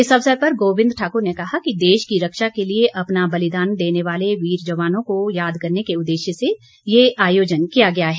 इस अवसर पर गोविंद ठाकुर ने कहा कि देश की रक्षा के लिए अपना बलिदान देने वाले वीर जवानों को याद करने के उद्देश्य से ये आयोजन किया गया है